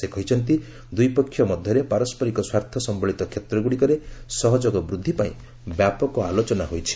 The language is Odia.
ସେ କହିଛନ୍ତି ଦ୍ରଇପକ୍ଷିୟ ମଧ୍ୟରେ ପାରସ୍କରିକ ସ୍ୱାର୍ଥ ସମ୍ପଳିତ କ୍ଷେତ୍ ଗ୍ରଡ଼ିକରେ ସହଯୋଗ ବୃଦ୍ଧି ପାଇଁ ବ୍ୟାପକ ଆଲୋଚନା ହୋଇଛି